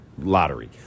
lottery